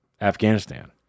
Afghanistan